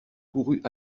courut